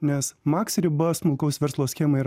nes maks riba smulkaus verslo schemai yra